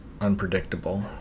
unpredictable